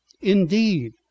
Indeed